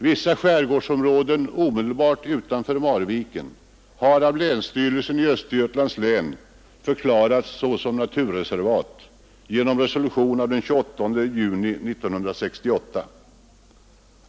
Vissa skärgårdsområden omedelbart utanför Marviken har av länsstyrelsen i Östergötlands län förklarats såsom naturreservat genom resolution av den 28 juni 1968.